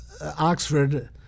Oxford